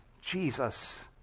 Jesus